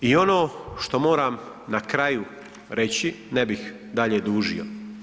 I ono što moram na kraju reći, ne bih dalje dužio.